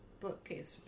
bookcase